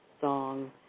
song